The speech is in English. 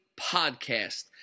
podcast